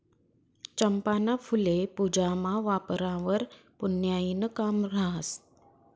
चंपाना फुल्ये पूजामा वापरावंवर पुन्याईनं काम रहास